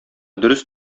дөрес